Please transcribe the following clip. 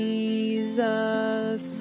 Jesus